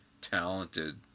talented